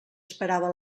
esperava